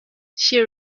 she